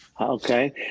okay